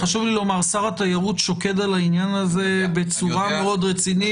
חשוב לי לומר ששר התיירות שוקד על העניין הזה בצורה מאוד רצינית.